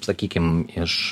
sakykim iš